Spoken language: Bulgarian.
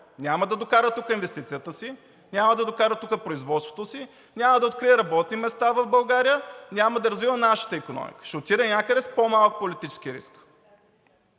няма да докара тук инвестицията си, няма да докара тук производството си, няма да открие работни места в България, няма да развива нашата икономика. Ще отиде някъде с по-малък политически риск.